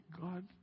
God